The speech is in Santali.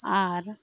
ᱟᱨ